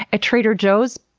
at trader joe's,